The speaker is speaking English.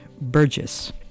Burgess